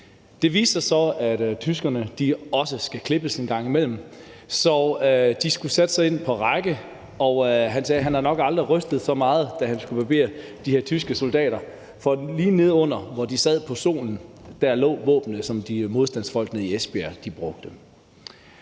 Det viste sig så, at tyskerne også skulle klippes en gang imellem, så de satte sig ind på række, og han fortalte, at han nok aldrig har rystet så meget, da han skulle barbere de her tyske soldater, for lige nede under stolene, som de sad på, lå våbnene, som modstandsfolkene i Esbjerg brugte.